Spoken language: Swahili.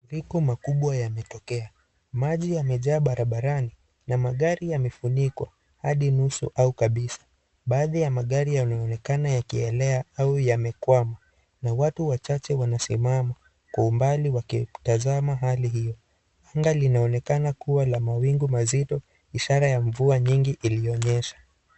Mafuriko makubwa yametokea. Maji yamejaa barabarani na magari yamefunikwa hadi nusu au kabisa. Baadhi ya magari yanaonekana yakielea au yamekwama na watu wachache wanasimama kwa umbali wakitazama mahali hiyo. Anga linaonekana kuwa la mawingu mazito, ishara ya mvua nyingi iliyonyesha.